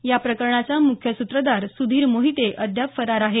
या प्रकरणाचा मुख्य सूत्रधार सुधीर मोहिते अद्याप फरार आहे